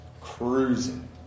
cruising